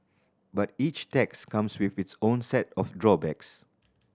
but each tax comes with its own set of drawbacks